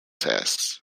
tasks